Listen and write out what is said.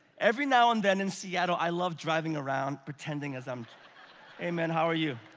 every now and then in seattle, i love driving around pretending as i'm hey man, how are you?